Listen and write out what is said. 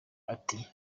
ati